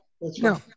No